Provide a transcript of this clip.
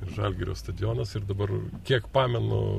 ir žalgirio stadionas ir dabar kiek pamenu